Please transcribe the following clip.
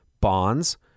bonds